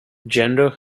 gender